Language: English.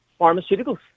pharmaceuticals